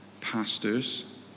pastors